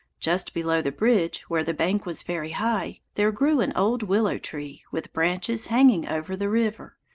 just below the bridge, where the bank was very high, there grew an old willow tree, with branches hanging over the river.